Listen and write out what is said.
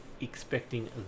expecting